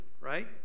right